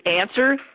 answer